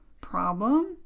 problem